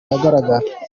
ahagaragara